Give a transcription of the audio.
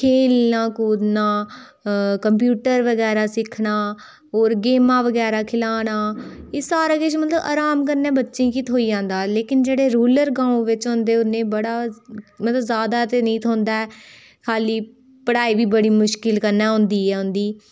खेढना कुद्दना कम्प्यूटर बगैरा सिक्खना हौर गेमां बगैरा खढाना एह सारा किश मतलब अराम कन्ने बच्चे गी थ्होई जंदा लोकिन जेहड़े रूरल गांव बिच्च होंदे उ'नेंगी बड़ा मतलब ज्यादा ते नेई थ्होंदा है खाल्ली पढ़ाई बी बडी मुशकिल कन्नै होंदी ऐ उंदी